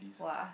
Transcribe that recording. !wah!